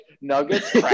Nuggets